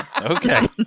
Okay